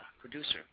producer